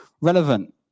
relevant